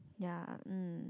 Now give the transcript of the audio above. ya um